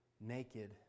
naked